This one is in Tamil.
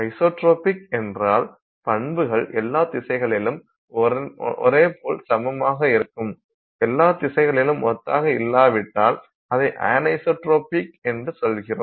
ஐசோட்ரோபிக் என்றால் பண்புகள் எல்லா திசைகளிலும் ஒரே போல் சமமாக இருக்கும் எல்லா திசைகளிலும் ஒத்ததாக இல்லாவிட்டால் அதை அன்ஐசோட்ரோபிக் என்று சொல்கிறோம்